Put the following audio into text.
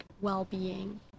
well-being